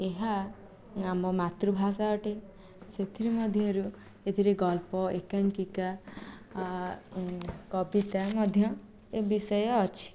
ଏହା ଆମ ମାତୃଭାଷା ଅଟେ ସେଥିରେ ମଧ୍ୟରୁ ଏଥିରେ ଗଳ୍ପ ଏକାକିଙ୍କା କବିତା ମଧ୍ୟ ଏ ବିଷୟ ଅଛି